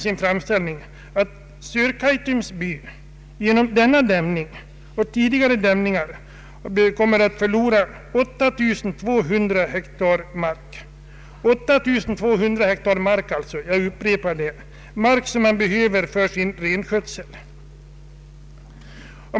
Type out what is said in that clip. I framställningen sägs att Sörkaitums by genom denna dämning och tidigare dämningar kommer att förlora 8200 hektar mark — jag upprepar 8 200 hektar — som man behöver för sin renskötsel.